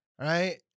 Right